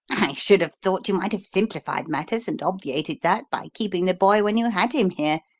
should have thought you might have simplified matters and obviated that by keeping the boy when you had him here,